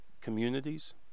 communities